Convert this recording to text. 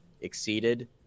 exceeded